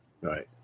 Right